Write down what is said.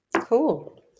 Cool